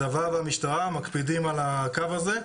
הצבא והמשטרה מקפידים על הקו הזה.